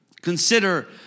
Consider